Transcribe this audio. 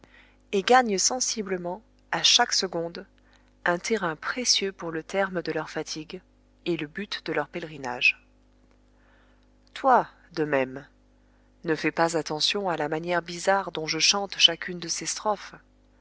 et gagnent sensiblement à chaque seconde un terrain précieux pour le terme de leurs fatigues et le but de leur pèlerinage toi de même ne fais pas attention à la manière bizarre dont je chante chacune de ces strophes